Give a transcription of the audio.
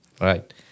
Right